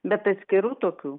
bet atskirų tokių